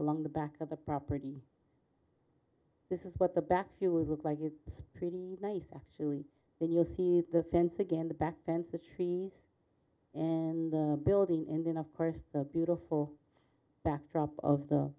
along the back of the property this is what the back you will look like is pretty nice actually when you see the fence again the back fence the trees and the building and then of course the beautiful backdrop of the